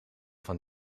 van